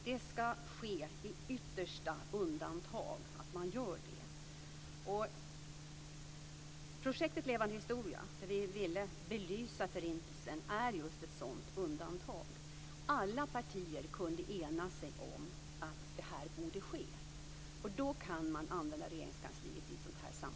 Det ska ske i yttersta undantagsfall. Projektet Levande historia, där vi ville belysa Förintelsen, är just ett sådant undantag. Alla partier kunde ena sig om att det borde ske. I ett sådant sammanhang kan man använda Regeringskansliet.